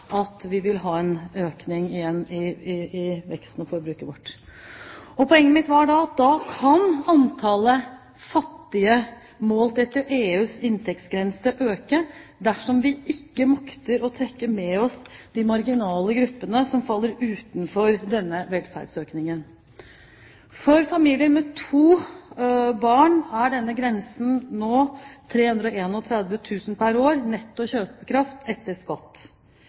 at vi igjen vil ha en økning i veksten i forbruket vårt. Poenget mitt var at da kan antallet fattige, målt etter EUs inntektsgrense, øke dersom vi ikke makter å trekke med oss de marginale gruppene som faller utenfor denne velferdsøkningen. For familier med to barn er denne grensen nå 331 000 kr pr. år i netto kjøpekraft etter skatt.